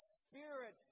spirit